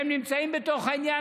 שהם נמצאים בתוך העניין,